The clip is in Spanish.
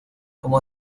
como